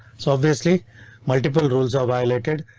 so obviously multiple rules are violated.